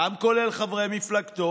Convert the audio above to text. כולל את חברי מפלגתו.